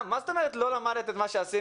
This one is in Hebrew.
גם, מה זאת אומרת לא למדת את מה שעשינו?